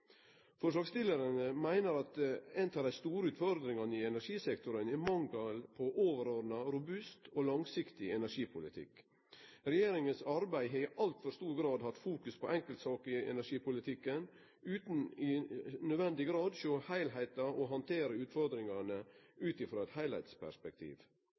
meiner at ei av dei store utfordringane i energisektoren er mangelen på overordna, robust og langsiktig energipolitikk. Regjeringas arbeid har i altfor stor grad fokusert på enkeltsaker i energipolitikken, utan i nødvendig grad å sjå heilskapen og handtere utfordringane